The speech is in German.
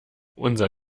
unser